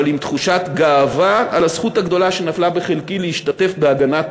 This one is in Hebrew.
אבל עם תחושת גאווה על הזכות הגדולה שנפלה בחלקי להשתתף בהגנת